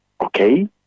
Okay